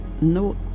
no